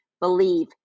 Believe